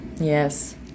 Yes